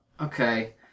okay